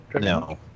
No